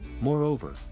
Moreover